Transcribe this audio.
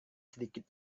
sedikit